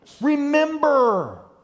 remember